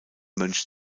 mönch